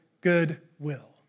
goodwill